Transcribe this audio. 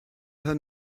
hyn